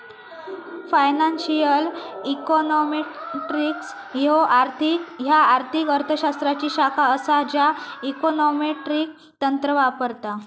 financial econometrics ह्या आर्थिक अर्थ शास्त्राची शाखा असा ज्या इकॉनॉमेट्रिक तंत्र वापरता